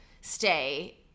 stay